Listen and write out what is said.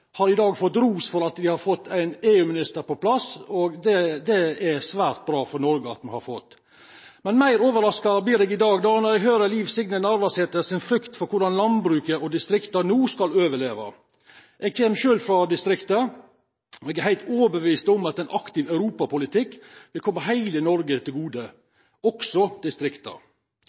har i dag fått ros for at den har fått på plass en EU-minister. Det er det svært bra for Norge at vi har fått. Mer overrasket blir jeg når jeg i dag hører Liv Signe Navarsetes frykt for hvordan landbruket og distriktene nå skal overleve. Jeg kommer selv fra «distriktene» og er helt overbevist om at en aktiv europapolitikk vil komme hele Norge til gode – også